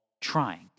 trying